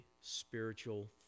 spiritual